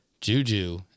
Juju